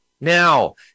Now